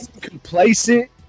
complacent